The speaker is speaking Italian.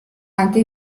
anche